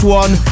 one